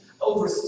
Over